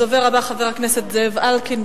הדובר הבא, חבר הכנסת זאב אלקין,